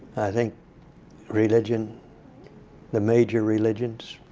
i think religion the major religions,